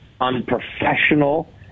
unprofessional